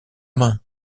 main